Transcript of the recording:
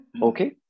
Okay